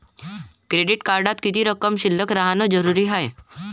Credit कार्डात किती रक्कम शिल्लक राहानं जरुरी हाय?